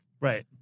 Right